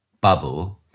bubble